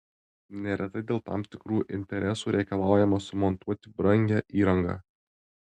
neretai dėl tam tikrų interesų reikalaujama sumontuoti brangią įrangą